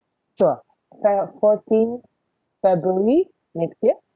sure fe~ fourteenth february next year